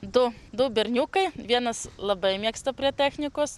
du du berniukai vienas labai mėgsta prie technikos